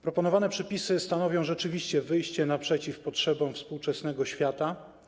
Proponowane przepisy stanowią rzeczywiście wyjście naprzeciw potrzebom współczesnego świata.